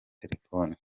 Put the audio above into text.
telefoni